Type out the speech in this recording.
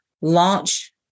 launch